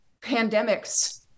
pandemics